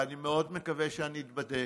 ואני מאוד מקווה שאני אתבדה,